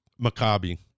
Maccabi